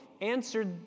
answered